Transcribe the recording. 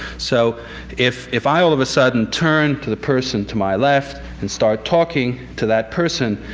so if if i, all of a sudden, turn to the person to my left and start talking to that person,